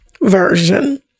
version